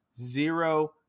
zero